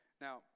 Now